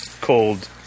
cold